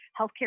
healthcare